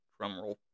Drumroll